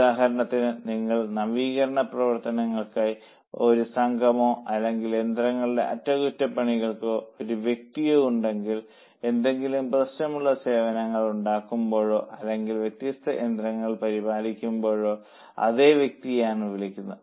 ഉദാഹരണത്തിന് നിങ്ങൾക്ക് നവീകരണ പ്രവർത്തനങ്ങൾക്കായി ഒരു സംഘമോ അല്ലെങ്കിൽ യന്ത്രങ്ങളുടെ അറ്റകുറ്റപ്പണികൾക്കായി ഒരു വ്യക്തിയോ ഉണ്ടെങ്കിൽ എന്തെങ്കിലും പ്രശ്നമുള്ള സേവനങ്ങൾ ഉണ്ടാകുമ്പോഴോ അല്ലെങ്കിൽ വ്യത്യസ്ത യന്ത്രങ്ങൾ പരിപാലിക്കുമ്പോഴോ അതേ വ്യക്തിയെ ആണ് വിളിക്കുന്നത്